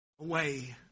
away